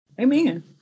Amen